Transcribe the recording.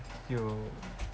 yo